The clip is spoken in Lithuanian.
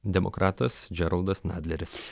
demokratas džeroldas nadleris